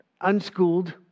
unschooled